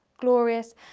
glorious